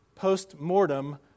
Post-mortem